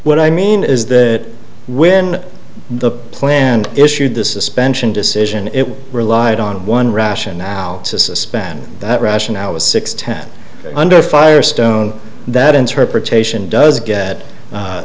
what i mean is that when the plan issued this is spent decision it relied on one rationale to suspend that rationale is six ten under fire stone that interpretation does get